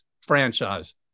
franchise